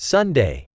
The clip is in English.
Sunday